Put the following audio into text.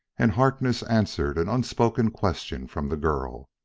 and harkness answered an unspoken question from the girl.